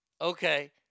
okay